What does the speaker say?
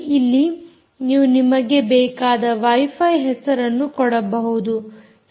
ಇಲ್ಲಿ ನೀವು ನಿಮಗೆ ಬೇಕಾದ ವೈಫೈ ಹೆಸರನ್ನು ಕೊಡಬಹುದು